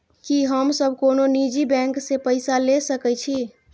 की हम सब कोनो निजी बैंक से पैसा ले सके छी?